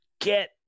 get